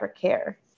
care